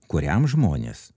kuriam žmonės